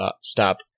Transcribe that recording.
stop